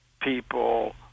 people